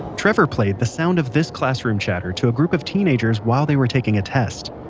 trevor played the sound of this classroom chatter to a group of teenagers while they were taking a test.